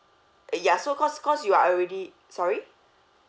ya so cause cause you are already sorry